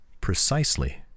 Precisely